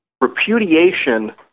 Repudiation